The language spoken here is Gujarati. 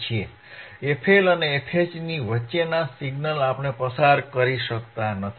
fL અને fH વચ્ચેના સિગ્નલ આપણે પસાર કરી શકતા નથી